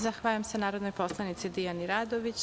Zahvaljujem se narodnoj poslanici Dijani Radović.